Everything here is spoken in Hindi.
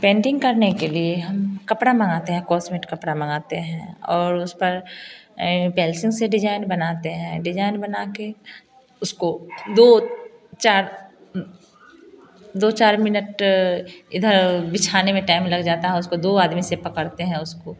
पेंटिंग करने के लिए हम कपड़ा मंगाते हैं कॉस्मेट कपड़ा मंगाते हैं और उस पर पेन्सिल से डिजाइन बनाते हैं डिजाइन बना के उसको दो चार दो चार मिनट इधर बिछाने में टाइम लग जाता है उसको दो आदमी से पकड़ते हैं उसको